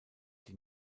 die